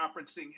conferencing